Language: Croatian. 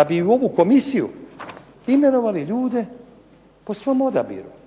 Da bi u ovu komisiju imenovali ljude po svom odabiru,